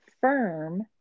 firm